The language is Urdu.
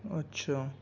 اچھا